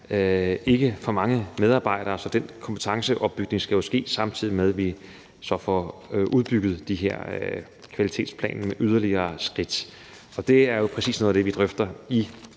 ikke er for mange medarbejdere. Så den kompetenceopbygning skal ske, samtidig med at vi så får udbygget kvalitetsplanen med yderligere skridt. Det er jo præcis noget af det, vi drøfter i